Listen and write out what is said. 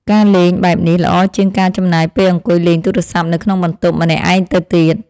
ការលេងបែបនេះល្អជាងការចំណាយពេលអង្គុយលេងទូរស័ព្ទនៅក្នុងបន្ទប់ម្នាក់ឯងទៅទៀត។